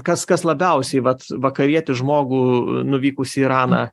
kas kas labiausiai vat vakarietį žmogų nuvykusi į iraną